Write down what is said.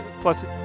plus